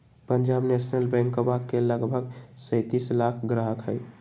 Punjab National बैंकवा के लगभग सैंतीस लाख ग्राहक हई